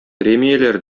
премияләр